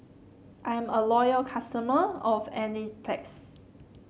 I'm a loyal customer of Enzyplex